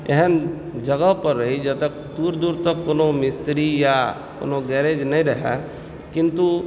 एहन जगह पर रहि जतय दूर दूर तक कोनो मिस्त्री वा कोनो गैरेज नहि रहय किन्तु